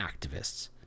activists